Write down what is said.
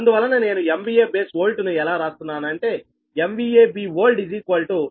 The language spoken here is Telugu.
అందువలన నేను MVA బేస్ వోల్ట్ ను ఎలా రాస్తున్నానంటే Bold rated MVA of G1